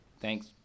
Thanks